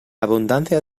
abundancia